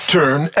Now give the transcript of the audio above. Turn